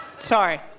Sorry